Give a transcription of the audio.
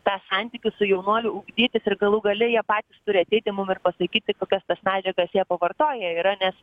tą santykį su jaunuoliu ugdytis ir galų gale jie patys turi ateiti mum ir pasakyti kokias tas medžiagas jie pavartoję yra nes